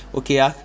okay ah